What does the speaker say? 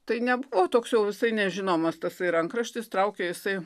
tai nebuvo toks jau visai nežinomas tasai rankraštis traukė jisai